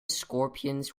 scorpions